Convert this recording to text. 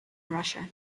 russia